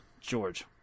George